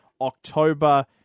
October